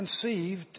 conceived